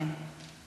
כן.